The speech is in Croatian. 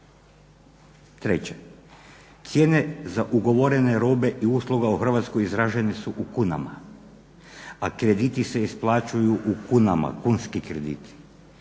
Treće, cijene za ugovorene robe i usluga u Hrvatskoj izražene su u kunama, a krediti se isplaćuju u kunama, kunski krediti.